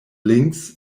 links